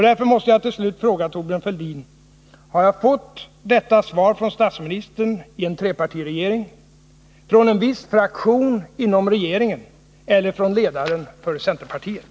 Därför måste jag fråga Thorbjörn Fälldin: Har jag fått detta svar från statsministern i en trepartiregering, från en viss fraktion inom regeringen eller från ledaren för centerpartiet?